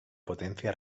potencia